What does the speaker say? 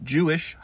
Jewish